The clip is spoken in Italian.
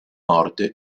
morte